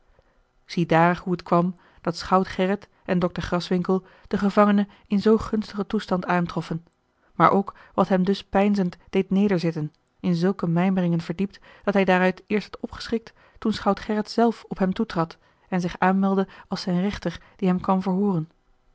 ziedaar hoe het kwam dat schout gerrit en dokter graswinckel den gevangene in zoo gunstigen toestand aantroffen maar ook wat hem dus peinzend deed nederzitten in zulke mijmeringen verdiept dat hij daaruit eerst werd opgeschrikt toen schout gerrit zelf op hem toetrad en zich aanmeldde als zijn rechter die hem kwam verhooren